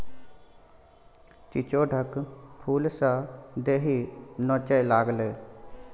चिचोढ़क फुलसँ देहि नोचय लागलै